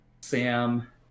Sam